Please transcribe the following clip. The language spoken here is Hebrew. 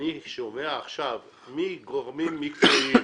אני שומע עכשיו מגורמים מקצועיים